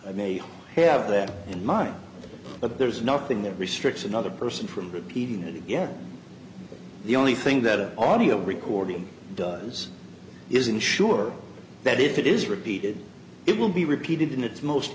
i may have that in mind but there's nothing that restricts another person from repeating it again the only thing that an audio recording does is ensure that if it is repeated it will be repeated in its most